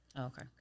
Okay